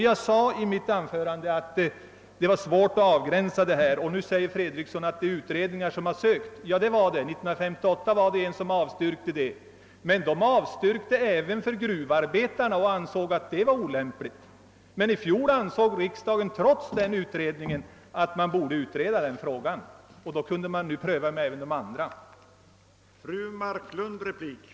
Jag nämnde i mitt förra anförande att det var svårt att göra en avgränsning beträffande tunga yrken. Nu säger herr Fredriksson att man har utrett frågan beträffande pensionsåldern inom tunga yrken, men att utredning en avstyrkt. Jag kan nämna att utredningen avstyrkte till och med när det gällde gruvarbetarna. I fjol ansåg dock riksdagen att en utredning borde komma till stånd beträffande gruvarbetarnas arbetsförhållanden. Därför tycker jag att detta skulle kunna ske även beträffande andra yrken.